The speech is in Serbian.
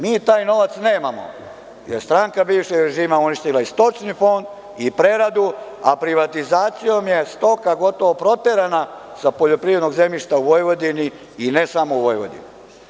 Mi taj novac nemamo, jer je stranka bivšeg režima uništila stočni fond i preradu, a privatizacijom je stoka gotovo proterana sa poljoprivrednog zemljišta u Vojvodini i ne samo u Vojvodini.